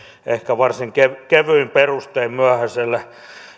ehkä varsin kevyin perustein myöhäisen